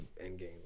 end-game